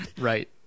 right